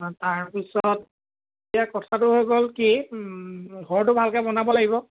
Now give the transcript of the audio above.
তাৰপিছত এতিয়া কথাটো হৈ গ'ল কি ঘৰটো ভালকৈ বনাব লাগিব